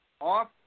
off